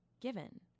given